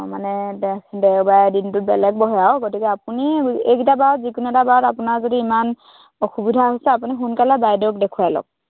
মানে দ দেওবাৰে দিনটোত বেলেগ বহে আৰু গতিকে আপুনি এইগিটা বাৰত যিকোনো এটা বাৰত আপোনাৰ যদি ইমান অসুবিধা হৈছে আপুনি সোনকালে বাইদেউক দেখুৱাই লওক